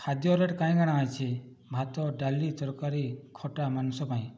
ଖାଦ୍ୟ ରେଟ୍ କ'ଣ କ'ଣ ଅଛି ଭାତ ଡାଲି ତରକାରୀ ଖଟା ମାଂସ ପାଇଁ